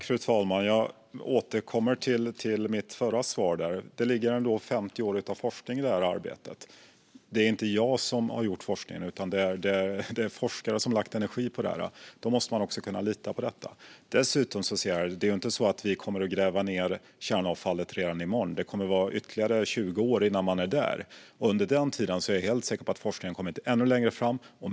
Fru talman! Jag återkommer till mitt förra svar. Det ligger ändå 50 år av forskning i det här arbetet. Det är inte jag som har gjort forskningen, utan det är forskare som har lagt energi på det här. Då måste man också kunna lita på det. Dessutom är det inte så att vi kommer att gräva ned kärnavfallet redan i morgon. Det kommer att gå ytterligare 20 år innan man är där. Under den tiden är jag helt säker på att forskningen har kommit ännu längre fram.